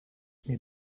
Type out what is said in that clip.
les